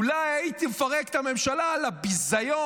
אולי הייתי מפרק את הממשלה על הביזיון